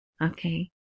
okay